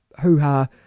hoo-ha